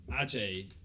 Ajay